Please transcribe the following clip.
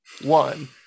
one